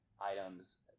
items